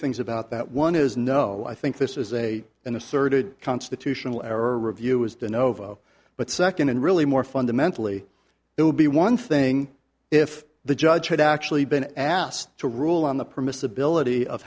things about that one is no i think this is a an asserted constitutional error review was done over but second and really more fundamentally it would be one thing if the judge had actually been asked to rule on the permissibility of